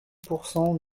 pourcent